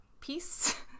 peace